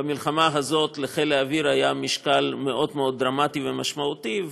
במלחמה הזאת לחיל האוויר היה משקל מאוד מאוד דרמטי ומשמעותי,